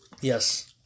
Yes